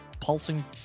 pulsing